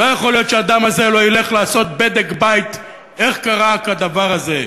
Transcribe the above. לא יכול להיות שהאדם הזה לא ילך לעשות בדק בית איך קרה כדבר הזה.